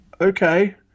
okay